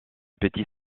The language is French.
petit